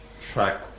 track